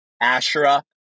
Asherah